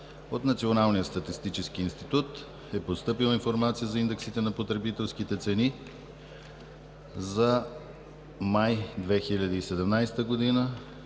От Националния статистически институт е постъпила информация за индексите на потребителските цени за месец май 2017 г.: